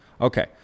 Okay